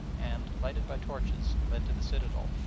and, lighted by torches, led to the citadel,